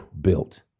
built